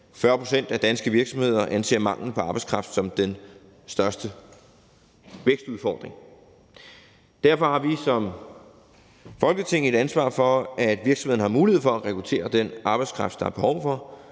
40 pct. af danske virksomheder anser mangel på arbejdskraft som den største vækstudfordring. Derfor har vi som Folketing et ansvar for, at virksomhederne har mulighed for at rekruttere den arbejdskraft, der er behov for,